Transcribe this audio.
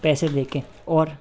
पैसे दे के और